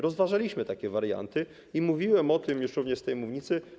Rozważaliśmy różne warianty i mówiłem o tym już również z tej mównicy.